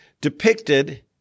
depicted